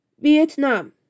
Vietnam